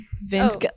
Vince